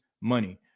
money